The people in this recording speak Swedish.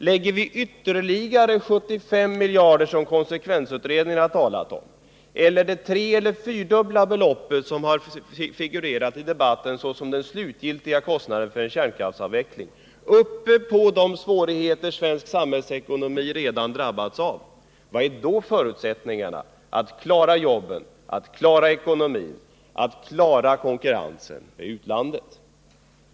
Lägger vi ytterligare de 75 miljarder kronor som konsekvensutredningen har talat om eller det treeller fyrdubbla belopp som har figurerat i debatten såsom den slutliga kostnaden för en kärnkraftsavveckling ovanpå de svårigheter som svensk samhällsekonomi redan har drabbats av, vilka är då förutsättningarna att klara jobben, ekonomin och konkurrensen med utlandet?